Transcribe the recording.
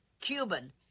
Cuban